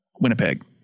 Winnipeg